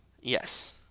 Yes